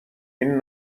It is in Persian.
این